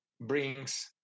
brings